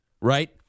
right